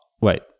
wait